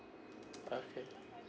okay